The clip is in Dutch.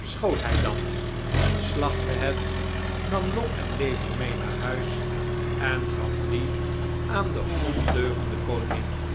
schoot hij dat slagtte het nam long en lever meê naar huis en gaf die aan de ondeugende koningin